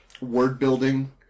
word-building